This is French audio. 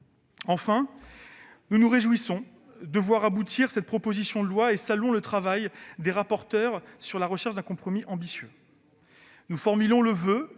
Enfin, nous nous réjouissons de voir aboutir cette proposition de loi et saluons le travail des rapporteurs en vue de la recherche d'un compromis ambitieux. Nous formons le voeu